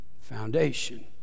foundation